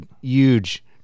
huge